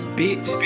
bitch